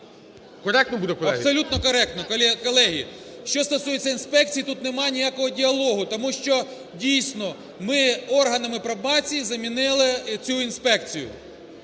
Абсолютно коректно. Колеги, що стосується інспекції, тут немає ніякого діалогу, тому що, дійсно, ми органами пробації замінили цю інспекцію.